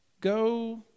go